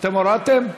אתם הורדתם?